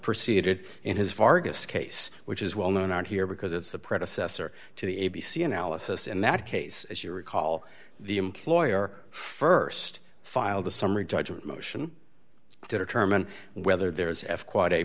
proceeded in his vargas case which is well known on here because it's the predecessor to the a b c analysis in that case as you recall the employer st filed a summary judgment motion to determine whether there is a quite a